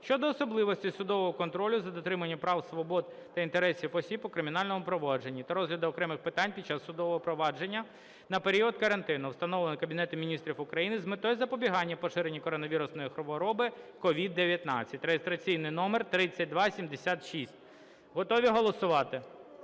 щодо особливостей судового контролю за дотриманням прав, свобод та інтересів осіб у кримінальному провадженні та розгляду окремих питань під час судового провадження на період карантину, встановленого Кабінетом Міністрів України з метою запобігання поширенню коронавірусної хвороби (COVID 19) (реєстраційний номер 3276). Готові голосувати?